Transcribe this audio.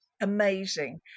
amazing